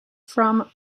from